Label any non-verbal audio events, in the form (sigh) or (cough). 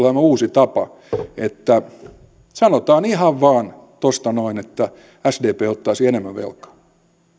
(unintelligible) on tullut uusi tapa että sanotaan ihan vain tuosta noin että sdp ottaisi enemmän velkaa